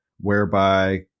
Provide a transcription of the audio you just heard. whereby